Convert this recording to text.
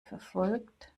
verfolgt